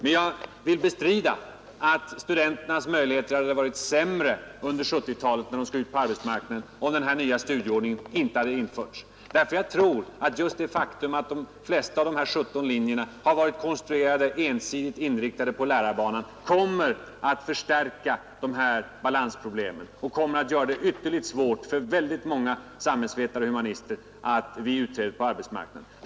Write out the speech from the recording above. Jag vill dock bestrida, att studenternas möjligheter hade varit sämre när de skall ut på arbetsmarknaden, om den nya studieordningen inte hade införts. Jag tror att just det faktum att de flesta av de 17 linjerna varit ensidigt inriktade på lärarbanan kommer att förstärka de föreliggande balansproblemen. Det kommer att göra det ytterligt svårt för alla samhällsvetare och humanister vid utträdet på arbetsmaknaden.